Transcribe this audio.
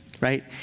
right